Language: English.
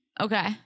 Okay